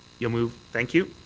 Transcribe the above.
you'll move? thank you.